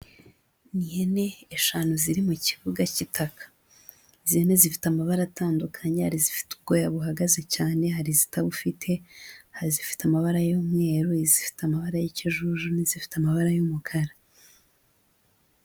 Ni ihene eshanu ziri mu kibuga cy'itaka, izi hene zifite amabara atandukanye, hari izifite ubwoya buhagaze cyane, hari izitabufite, hari izifite amabara y'umweru, izifite amabara y'ikijuju n'izifite amabara y'umukara.